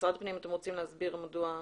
משרד הפנים, אתם רוצים להסביר מדוע?